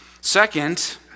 Second